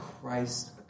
Christ